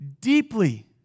deeply